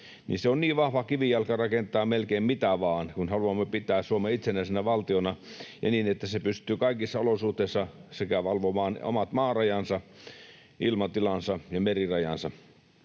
se on niin vahva kivijalka rakentaa melkein mitä vain, kun haluamme pitää Suomen itsenäisenä valtiona ja niin, että se pystyy kaikissa olosuhteissa valvomaan sekä omat maarajansa, ilmatilansa että merirajansa